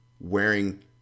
wearing